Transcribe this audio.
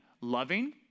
loving